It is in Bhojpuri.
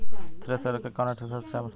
थ्रेसर के कवन क्वालिटी सबसे अच्छा मानल जाले?